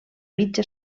mitja